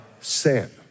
sin